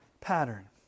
pattern